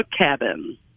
cabin